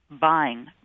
buying